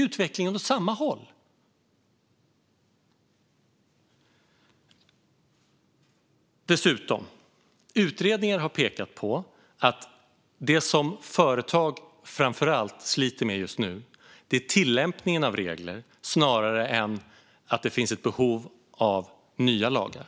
Dessutom har utredningar pekat på att det som företag framför allt sliter med just nu är tillämpningen av regler. Det handlar snarare om det än om att det finns behov av nya lagar.